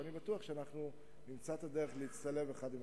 ואני בטוח שנמצא את הדרך להצטלב זה עם זה.